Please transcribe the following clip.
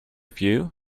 few